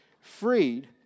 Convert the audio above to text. freed